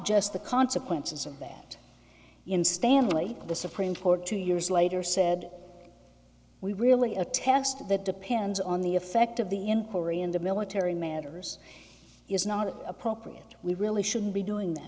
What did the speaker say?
just the consequences of that in stanley the supreme court two years later said we really attest that depends on the effect of the inquiry into military matters is not appropriate we really shouldn't be doing that